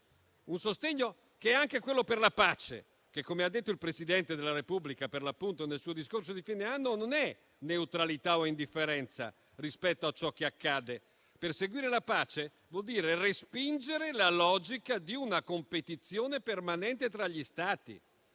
Un sostegno che è anche quello per la pace che, come ha detto il Presidente della Repubblica, per l'appunto, nel suo discorso di fine anno, non è neutralità o indifferenza rispetto a ciò che accade: perseguire la pace vuol dire respingere la logica di una competizione permanente tra gli Stati